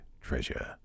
treasure